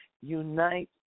unite